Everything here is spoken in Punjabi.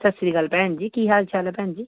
ਸਤਿ ਸ਼੍ਰੀ ਅਕਾਲ ਭੈਣ ਜੀ ਕੀ ਹਾਲ ਚਾਲ ਆ ਭੈਣ ਜੀ